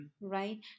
right